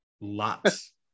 Lots